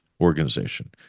organization